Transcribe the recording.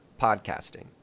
podcasting